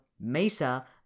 Mesa